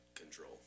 control